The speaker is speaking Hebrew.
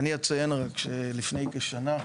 אני אציין רק שלפני כשנה,